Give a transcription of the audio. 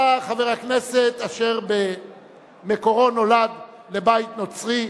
אתה חבר הכנסת אשר במקורו נולד לבית נוצרי.